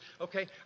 okay